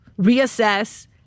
reassess